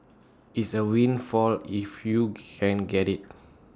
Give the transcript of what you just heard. it's A windfall if you can get IT